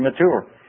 mature